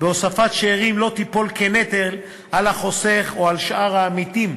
בהוספת שאירים לא תיפול כנטל על החוסך או על שאר העמיתים